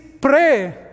pray